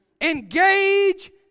Engage